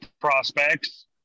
prospects